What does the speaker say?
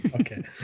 Okay